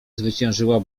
zwyciężyła